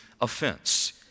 offense